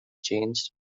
changed